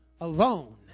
alone